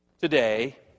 today